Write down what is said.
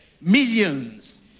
millions